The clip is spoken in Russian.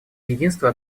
единства